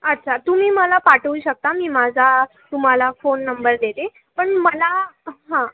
अच्छा तुम्ही मला पाठवू शकता मी माझा तुम्हाला फोन नंबर देते पण मला हां